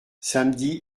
samedi